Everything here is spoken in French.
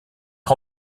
est